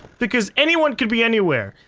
because anyone could be anywhere.